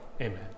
amen